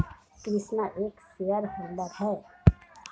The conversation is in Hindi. कृष्णा एक शेयर होल्डर है